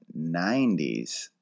90s